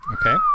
Okay